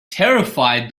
terrified